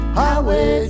highway